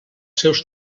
seus